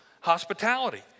hospitality